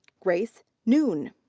grace noone.